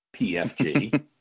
PFG